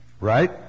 Right